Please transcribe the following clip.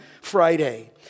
Friday